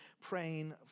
praying